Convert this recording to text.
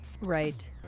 Right